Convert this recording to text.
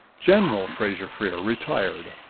general fraser-freer, retired.